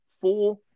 four